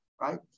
right